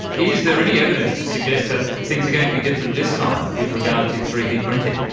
is there any evidence to suggest that things are going to be different this time with regard to three d printing?